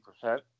percent